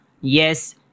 Yes